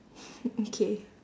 okay